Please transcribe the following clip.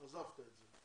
עזבת את זה.